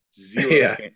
zero